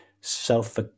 self